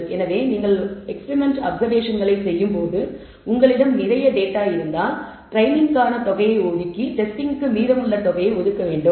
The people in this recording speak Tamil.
எனவே நீங்கள் எக்ஸ்பிரிமெண்ட் அப்சர்வேஷன்களைச் செய்யும் போது உங்களிடம் நிறைய டேட்டா இருந்தால் ட்ரைனிங்க்கான தொகையை ஒதுக்கி டெஸ்டிங் க்கு மீதமுள்ள தொகையை ஒதுக்க வேண்டும்